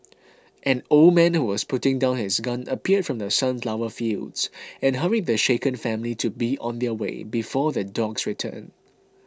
an old man who was putting down his gun appeared from the sunflower fields and hurried the shaken family to be on their way before the dogs return